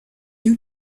you